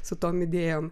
su tom idėjom